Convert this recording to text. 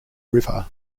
river